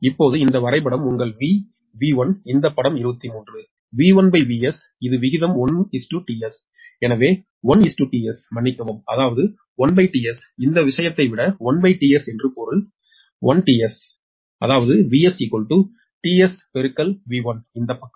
இப்போது இந்த வரைபடம் உங்கள் V V1 இந்த படம் 23 V1Vs இது விகிதம் 1 tS எனவே 1 tS மன்னிக்கவும் அதாவது 1tS இந்த விஷயத்தை விட 1tS என்று பொருள் 1tS அதாவது 𝑽𝑺𝒕𝑺∗𝑽𝟏 இந்த பக்கம்